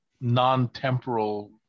non-temporal